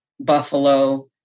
Buffalo